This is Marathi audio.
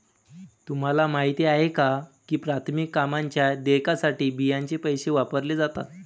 तुम्हाला माहिती आहे का की प्राथमिक कामांच्या देयकासाठी बियांचे पैसे वापरले जातात?